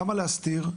למה להסתיר?